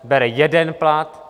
Bere jeden plat.